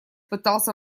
пытался